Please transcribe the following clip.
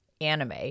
anime